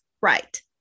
Right